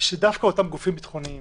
שדווקא אותם גופים ביטחוניים